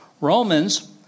Romans